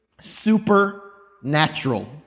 supernatural